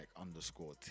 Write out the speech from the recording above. underscore